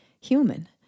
Human